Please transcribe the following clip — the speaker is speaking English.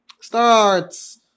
starts